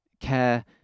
care